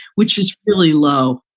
which is really low